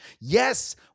Yes